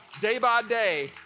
day-by-day